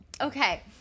Okay